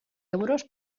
euros